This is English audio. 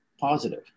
positive